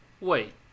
Wait